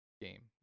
game